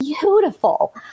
beautiful